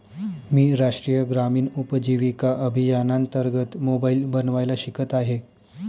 मी राष्ट्रीय ग्रामीण उपजीविका अभियानांतर्गत मोबाईल बनवायला शिकत आहे